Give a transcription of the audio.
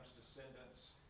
descendants